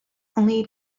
only